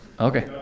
Okay